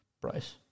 price